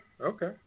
okay